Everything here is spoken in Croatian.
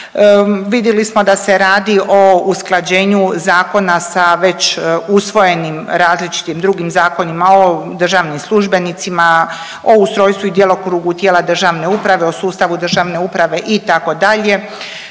Vidjeli smo da se radi o usklađenju zakona sa već usvojenim različitim drugim zakonima o državnim službenicima, o ustrojstvu i djelokrugu tijela državne uprave, o sustavu državne uprave itd.,